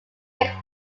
take